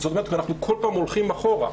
אנחנו כל הזמן הולכים אחורה,